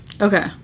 Okay